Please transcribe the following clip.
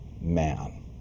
man